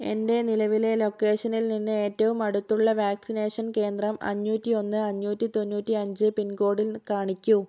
എൻ്റെ നിലവിലെ ലൊക്കേഷനിൽ നിന്ന് ഏറ്റവും അടുത്തുള്ള വാക്സിനേഷൻ കേന്ദ്രം അഞ്ഞൂറ്റി ഒന്ന് അഞ്ഞൂറ്റി തൊണ്ണൂറ്റിയഞ്ച് പിൻകോഡിൽ കാണിക്കൂ